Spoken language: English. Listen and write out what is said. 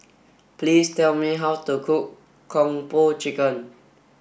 please tell me how to cook Kung Po Chicken